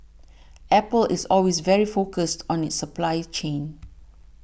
Apple is always very focused on its supply chain